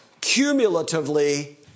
cumulatively